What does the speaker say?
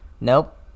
nope